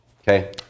Okay